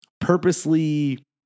purposely